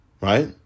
Right